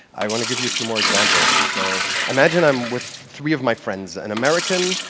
i want to give you a few more examples. so imagine i am with three of my friends an american,